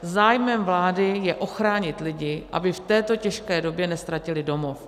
Zájmem vlády je ochránit lidi, aby v této těžké době neztratili domov.